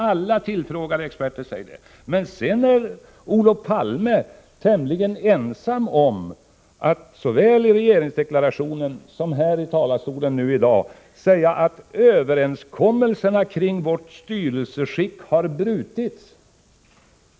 Olof Palme är tämligen ensam om att hävda — det har han gjort såväl i regeringsdeklarationen som från talarstolen här i dag — att överenskommelserna kring vårt styrelseskick har brutits.